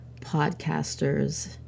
podcasters